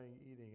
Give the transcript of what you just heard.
eating